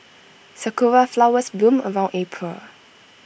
Sakura Flowers bloom around April